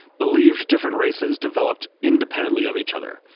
believed different races developed independently of each other.